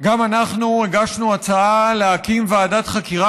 גם אנחנו הגשנו הצעה להקים ועדת חקירה